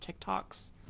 TikToks